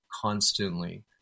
constantly